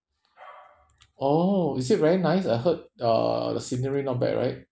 oh is it very nice I heard uh the scenery not bad right